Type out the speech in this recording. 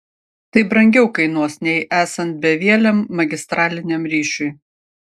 tai brangiau kainuos nei esant bevieliam magistraliniam ryšiui